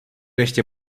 ještě